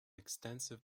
extensive